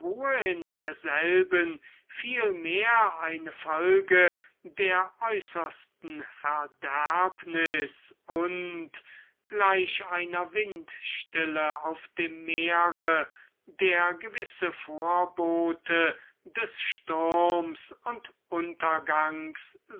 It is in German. in derselben vielmehr die folge der äußersten verderbnis und gleich einer windstille auf dem meer der gewisse vorbote des sturms und untergangs